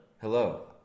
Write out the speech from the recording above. Hello